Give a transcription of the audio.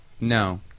No